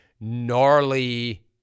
gnarly